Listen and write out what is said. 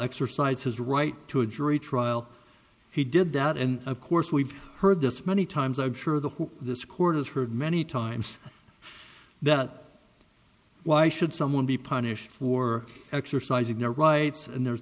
exercise his right to a jury trial he did that and of course we've heard this many times i'm sure the who this court has heard many times that why should someone be punished for exercising their rights and there